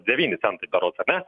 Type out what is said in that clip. devyni centai berods ar ne